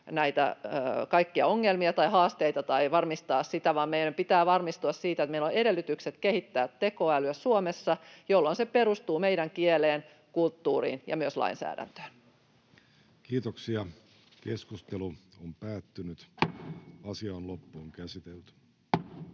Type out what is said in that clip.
näitä kaikkia ongelmia tai haasteita tai varmistaa sitä, vaan meidän pitää varmistua siitä, että meillä on edellytykset kehittää tekoälyä Suomessa, jolloin se perustuu meidän kieleen, kulttuuriin ja myös lainsäädäntöön. [Speech 174] Speaker: Jussi Halla-aho Party: